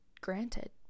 granted